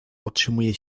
otrzymuje